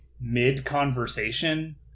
mid-conversation